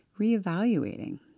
reevaluating